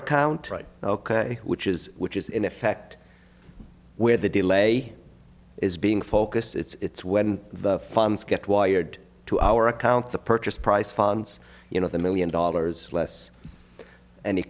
account right ok which is which is in effect where the delay is being focused it's when the funds get wired to our account the purchase price fonts you know the million dollars less an